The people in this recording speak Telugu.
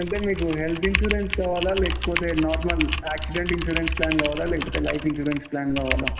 అంటే మీకు హెల్త్ ఇన్యూరెన్స్ కావాలా లేకపోతే నార్మల్ యాక్సిడెంట్ ఇన్యూరెన్స్ ప్లాన్ కావాలా లేకపోతే లైఫ్ ఇన్యూరెన్స్ ప్లాన్ కావాలా